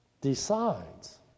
decides